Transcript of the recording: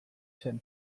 zen